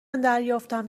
دریافتم